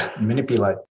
manipulate